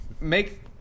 make